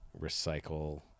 recycle